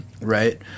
right